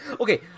Okay